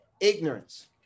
ignorance